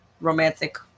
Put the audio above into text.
romantic